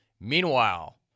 Meanwhile